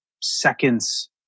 seconds